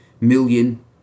million